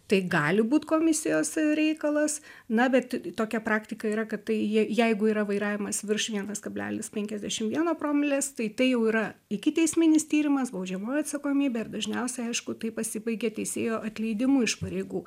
tai gali būt komisijos reikalas na bet tokia praktika yra kad tai je jeigu yra vairavimas virš vienas kablelis penkiasdešim vieno promilės tai tai jau yra ikiteisminis tyrimas baudžiamoji atsakomybė ir dažniausiai aišku tai pasibaigia teisėjo atleidimu iš pareigų